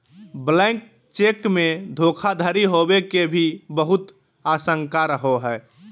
blank cheque मे धोखाधडी होवे के भी बहुत आशंका रहो हय